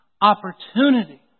opportunity